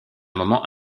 moment